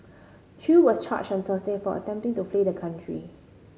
Chew was charged on Thursday for attempting to flee the country